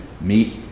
meet